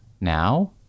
now